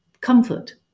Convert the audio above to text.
comfort